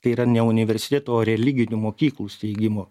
tai yra ne universitetų o religinių mokyklų steigimo